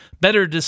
better